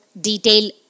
detail